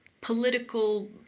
political